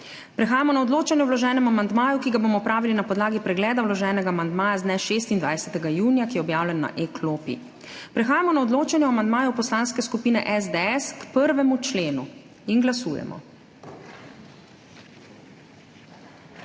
Prehajamo na odločanje o vloženem amandmaju, ki ga bomo opravili na podlagi pregleda vloženega amandmaja z dne 26. junija, ki je objavljen na e-klopi. Prehajamo na odločanje o amandmaju Poslanske skupine SDS k 1. členu. Glasujemo.